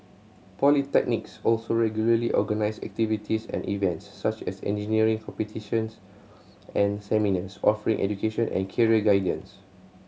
polytechnics also regularly organise activities and events such as engineering competitions and seminars offering education and career guidance